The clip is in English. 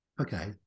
Okay